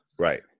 Right